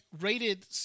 rated